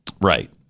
Right